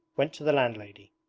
went to the landlady.